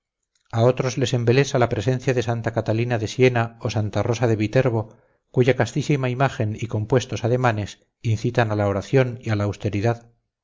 a otros les embelesa la presencia de santa catalina de siena o santa rosa de viterbo cuya castísima imagen y compuestos ademanes incitan a la oración y a la austeridad